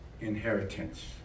inheritance